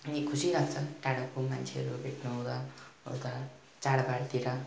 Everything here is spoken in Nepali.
अनि खुसी लाग्छ टाढाको मान्छेहरू भेट्न आउँदा चाडबाडतिर